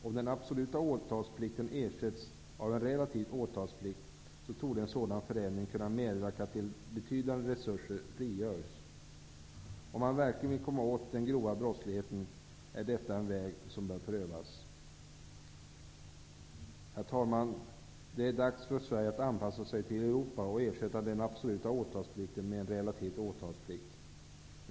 Om den absoluta åtalsplikten ersätts av en relativ åtalsplikt torde en sådan förändring kunna medverka till att betydande resurser frigörs. Om man verkligen vill komma åt den grova brottsligheten är detta en väg som bör prövas. Herr talman! Det är dags för Sverige att anpassa sig till Europa och ersätta den absoluta åtalsplikten med en relativ åtalsplikt.